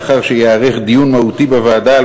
לאחר שייערך דיון מהותי בוועדה.